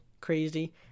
crazy